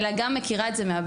אני מכירה את זה מהבית.